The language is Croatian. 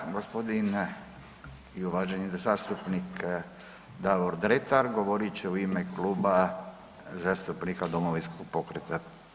Sada gospodin i uvaženi zastupnik Davor Dretar govorit će u ime Kluba zastupnika Domovinskog pokreta.